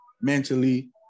Mentally